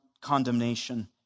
condemnation